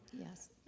Yes